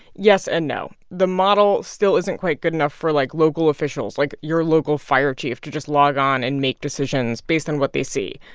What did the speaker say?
yes and no. the model still isn't quite good enough for, like, local officials like your local fire chief to just log on and make decisions based on what they see.